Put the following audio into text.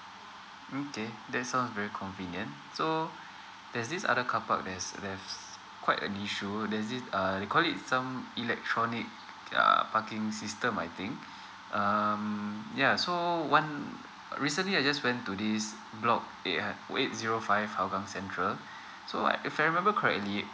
okay that sounds very convenient so there's this other carpark that's that is quite an issue there's this uh they call it some electronic uh parking system I think um ya so one um recently I just went to this block eight zero five hougang central so if I remember correctly